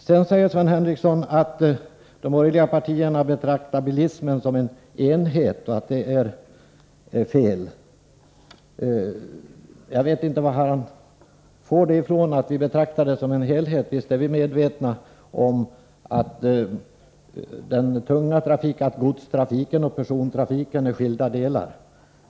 Vidare säger Sven Henricsson att de borgerliga partierna betraktar bilismen som en enhet och att det är fel. Jag vet inte varifrån han får det — visst är vi medvetna om att godstrafiken och persontrafiken är skilda saker.